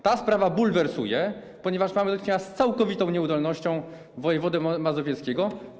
Ta sprawa bulwersuje, ponieważ mamy do czynienia z całkowitą nieudolnością wojewody mazowieckiego.